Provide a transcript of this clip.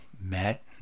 met